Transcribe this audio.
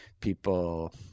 people